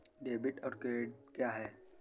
Debit और credit क्या है?